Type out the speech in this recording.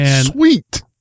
Sweet